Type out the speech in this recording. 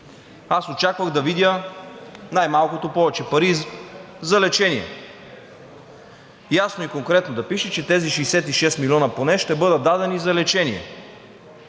аз очаквах да видя най-малкото повече пари за лечение – ясно и конкретно да пише, че тези 66 милиона поне ще бъдат дадени за лечение.